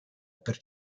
per